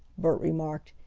bert remarked.